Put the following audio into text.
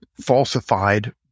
falsified